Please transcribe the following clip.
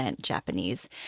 Japanese